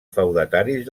feudataris